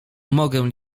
mogę